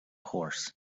horse